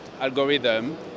algorithm